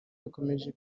bikomeje